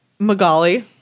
Magali